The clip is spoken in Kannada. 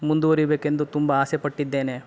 ಮುಂದುವರೀಬೇಕು ಎಂದು ತುಂಬ ಆಸೆಪಟ್ಟಿದ್ದೇನೆ